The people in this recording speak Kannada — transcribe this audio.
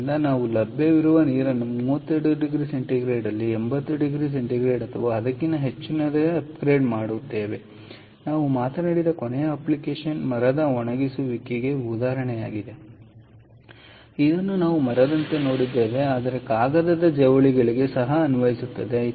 ಆದ್ದರಿಂದ ನಾವು ಲಭ್ಯವಿರುವ ನೀರನ್ನು 32 ಡಿಗ್ರಿ C ಯಲ್ಲಿ 80ಡಿಗ್ರಿ C ಅಥವಾ ಅದಕ್ಕಿಂತ ಹೆಚ್ಚಿನದಕ್ಕೆ ಅಪ್ಗ್ರೇಡ್ ಮಾಡುತ್ತೇವೆ ಮತ್ತು ನಾವು ಮಾತಾಡಿದ ಕೊನೆಯ ಅಪ್ಲಿಕೇಶನ್ ಮರದ ಒಣಗಿಸುವಿಕೆಯ ಉದಾಹರಣೆಯಾಗಿದೆ ಇದನ್ನು ನಾವು ಮರದಂತೆ ನೋಡಿದ್ದೇವೆ ಆದರೆ ಕಾಗದದ ಜವಳಿಗಳಿಗೆ ಸಹ ಅನ್ವಯಿಸುತ್ತದೆ